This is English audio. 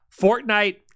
Fortnite